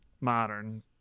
modern